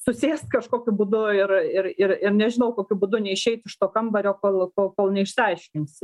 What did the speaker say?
susėst kažkokiu būdu ir ir ir ir nežinau kokiu būdu neišeit iš to kambario kol kol kol neišsiaiškinsi